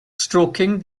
stroking